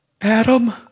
Adam